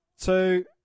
Two